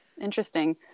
Interesting